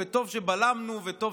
וטוב שבלמנו וטוב